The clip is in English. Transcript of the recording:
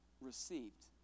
received